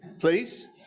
please